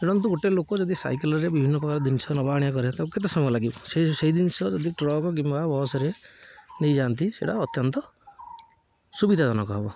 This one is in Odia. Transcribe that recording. ଧରନ୍ତୁ ଗୋଟେ ଲୋକ ଯଦି ସାଇକେଲରେ ବିଭିନ୍ନ ପ୍ରକାର ଜିନିଷ ନବାଆଣିବା କରେ ତାକୁ କେତେ ସମୟ ଲାଗିବ ସେ ସେଇ ଜିନିଷ ଯଦି ଟ୍ରକ କିମ୍ବା ବସ୍ରେ ନେଇଯାଆନ୍ତି ସେଟା ଅତ୍ୟନ୍ତ ସୁବିଧାଜନକ ହେବ